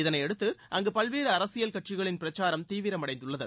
இதனையடுத்து அங்க பல்வேறு அரசியல் கட்சிகளின் பிரச்சாரம் தீவிரமடைந்துள்ளது